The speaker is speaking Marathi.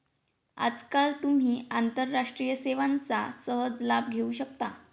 आजकाल तुम्ही आंतरराष्ट्रीय सेवांचा सहज लाभ घेऊ शकता